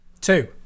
Two